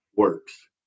Works